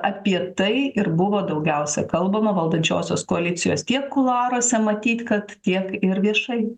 apie tai ir buvo daugiausia kalbama valdančiosios koalicijos tiek kuluaruose matyt kad tiek ir viešai